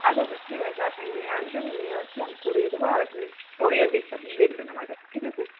আচ্ছা আচ্ছা ঠিক আছে আপনি নিয়ে আসবেন নিয়ে আসলে আমি করিয়ে দেবো আর আপনি পরিয়ে দেখেন দেখবেন আমার কাছে ঠিক আছে